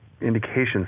indications